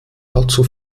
allzu